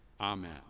Amen